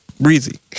Breezy